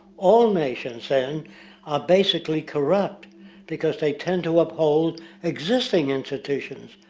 all nations then are basically corrupt because they tend to uphold existing institutons.